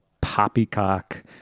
poppycock